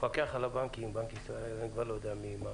המפקח על הבנקים, בנק ישראל, אני כבר לא יודע מי.